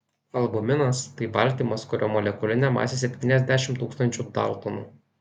albuminas tai baltymas kurio molekulinė masė septyniasdešimt tūkstančių daltonų